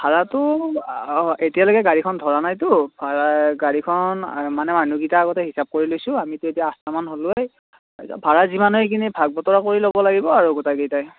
ভাৰাটো এতিয়ালৈকে গাড়ীখন ধৰা নাইটো ভাৰা গাড়ীখন মানে মানুহকেইটা আগতে হিচাপ কৰি লৈছোঁ আমিটো এতিয়া আঠটামান হ'লোয়ে ভাৰা যিমান হয় সেইখিনি ভাগ বতৰা কৰি ল'ব লাগিব আৰু গোটেইকেইটাই